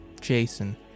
Jason